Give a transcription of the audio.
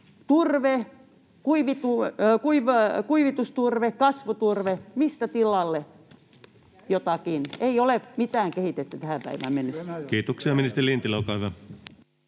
Turve, kuivitusturve, kasvuturve — mistä tilalle jotakin? Ei ole mitään kehitetty tähän päivään mennessä. [Speech 24] Speaker: